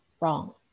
wrong